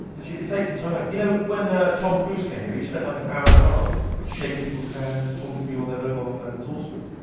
she could take some time out. you know, when ah tom cruise came here, he spent like an hour and a half shaking people's hands, talking to people on their mobile phones, all sorts.